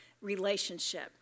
relationship